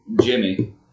Jimmy